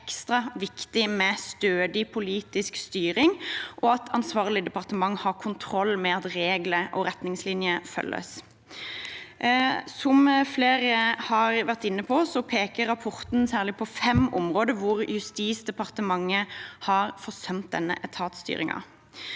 ekstra viktig med stødig politisk styring og at ansvarlig departement har kontroll med at regler og retningslinjer følges. Som flere har vært inne på, peker rapporten særlig på fem områder hvor Justisdepartementet har forsømt denne etatsstyringen.